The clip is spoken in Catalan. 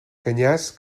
canyars